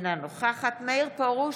אי-אפשר,